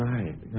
Right